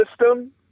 system